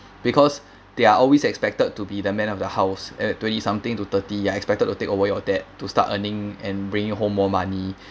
because they're always expected to be the man of the house at twenty something to thirty they are expected to take over your dad to start earning and bringing home more money